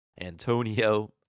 Antonio